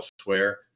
elsewhere